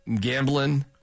gambling